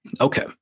Okay